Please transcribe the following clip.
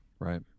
Right